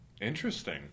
Interesting